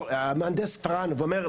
מהנדס פראן ואומר,